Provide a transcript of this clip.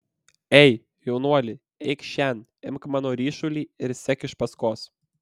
ei jaunuoli eikš šen imk mano ryšulį ir sek iš paskos